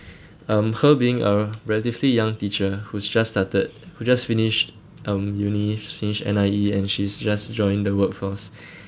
um her being a relatively young teacher who's just started who just finished um uni finished N_I_E and she's just join the workforce